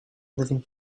living